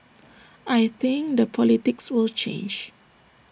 I think the politics will change